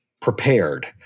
prepared